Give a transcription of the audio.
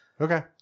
Okay